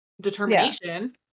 determination